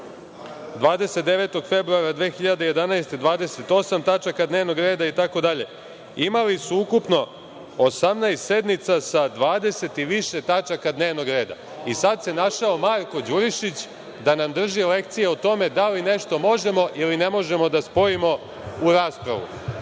29. februara 2011. godine 28 tačaka dnevnog reda itd. Imali su ukupno 18 sednica sa 20 i više tačaka dnevnog reda i sada se našao Marko Đurišić da nam drži lekcije o tome da li nešto možemo ili ne možemo da spojimo u raspravu. Još